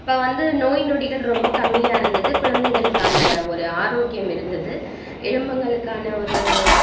அப்போ வந்து நோய் நொடிகள் ரொம்ப கம்மியாக இருந்தது குழந்தைகளுக்கான ஒரு ஆரோக்கியம் இருந்தது எலும்புங்களுக்கான ஒரு